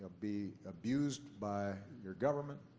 be abused by your government